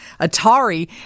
atari